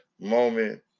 moment